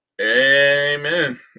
Amen